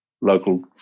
local